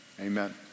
amen